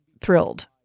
thrilled